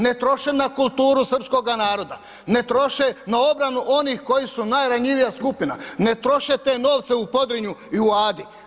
Ne troše na kulturu srpskoga naroda, ne troše na obranu onih koji su najranjivija skupina, ne troše te novce u Podrinju i u Adi.